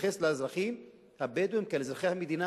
להתייחס לאזרחים הבדואים כאל אזרחי המדינה.